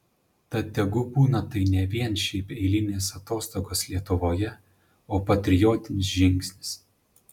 tad tegu būna tai ne vien šiaip eilinės atostogos lietuvoje o patriotinis žingsnis